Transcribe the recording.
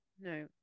no